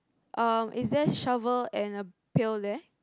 um is there shovel and a pail there